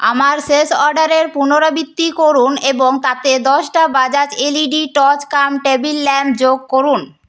আমার শেষ অর্ডারের পুনরাবৃত্তি করুন এবং তাতে দশটা Bajaj LED torch cum table lamp যোগ করুন